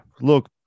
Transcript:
look